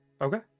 Okay